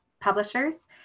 publishers